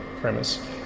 premise